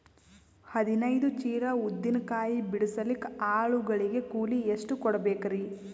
ಹದಿನೈದು ಚೀಲ ಉದ್ದಿನ ಕಾಯಿ ಬಿಡಸಲಿಕ ಆಳು ಗಳಿಗೆ ಕೂಲಿ ಎಷ್ಟು ಕೂಡಬೆಕರೀ?